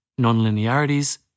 nonlinearities